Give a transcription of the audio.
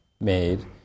made